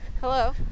Hello